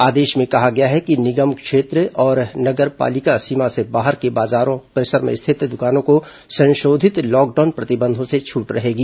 आदेश में कहा गया है कि नगर निगम क्षेत्र और नगर पालिका सीमा से बाहर के बाजार परिसरों में स्थित द्रकानों को संशोधित लॉकडाउन प्रतिबंधों से छूट रहेगी